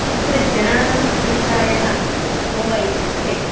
तत्र जनानाम् अभिप्रायः को वा इत्युक्ते